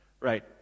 Right